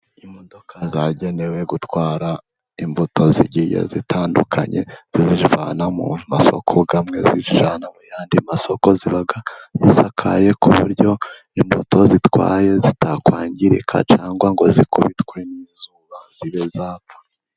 Imodoka zagenewe gutwara imbuto zigiye zitandukanye zizivana mu masoko amwe, zizijyana mu yandi masoko. Ziba zisakaye ku buryo imbuto zitwaye zitakwangirika, cyangwa ngo zikubitwe n'izuba zibe zapfa.